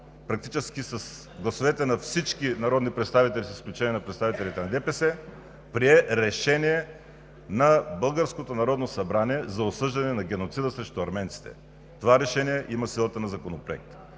практически с гласовете на всички народни представители, с изключение на представителите на ДПС, прие решение на българското Народно събрание за осъждане на геноцида срещу арменците. Това решение има силата на закон.